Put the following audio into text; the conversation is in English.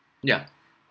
yeah